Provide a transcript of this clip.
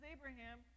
Abraham